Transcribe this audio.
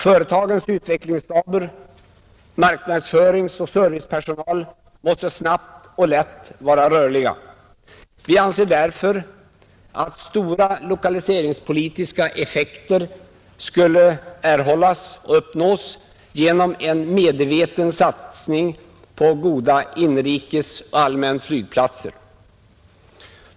Företagens utvecklingsstaber och marknadsföringsoch servicepersonal måste vara snabbt och lätt rörliga. Vi anser därför att stora lokaliseringspolitiska effekter skulle uppnås genom en medveten satsning på goda inrikesoch allmänflygplatser.